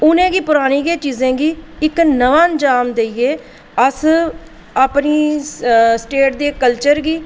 उ'नेंगी परानी गै चीज़ें गी इक्क नमां जामा देइयै अस अपनी स्टेट दे कल्चर गी